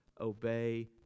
obey